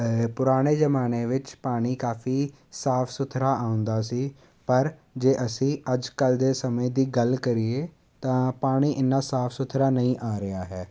ਪੁਰਾਣੇ ਜ਼ਮਾਨੇ ਵਿੱਚ ਪਾਣੀ ਕਾਫੀ ਸਾਫ ਸੁਥਰਾ ਆਉਂਦਾ ਸੀ ਪਰ ਜੇ ਅਸੀਂ ਅੱਜ ਕੱਲ੍ਹ ਦੇ ਸਮੇਂ ਦੀ ਗੱਲ ਕਰੀਏ ਤਾਂ ਪਾਣੀ ਇੰਨਾ ਸਾਫ ਸੁਥਰਾ ਨਹੀਂ ਆ ਰਿਹਾ ਹੈ